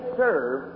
serve